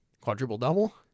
quadruple-double